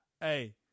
Hey